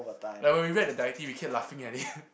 like when we read the directive we kept laughing at it